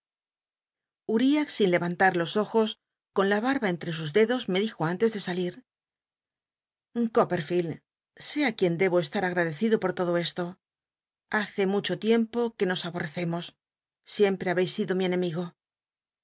uriah sin leyant ll los ojos con la barba entre sus dedos me dijo antes de s lir coppcrllcld sé á quién debo estar agtatlccitl o por todo esto hace mucho tiempo que nos lijo rcccmos siempre ha beis sido mi enemigo